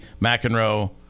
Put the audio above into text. McEnroe